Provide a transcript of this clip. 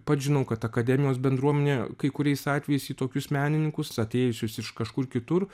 pats žinau kad akademijos bendruomenė kai kuriais atvejais į tokius menininkus atėjusius iš kažkur kitur